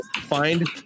Find